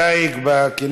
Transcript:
בנושא: הדיג בכינרת,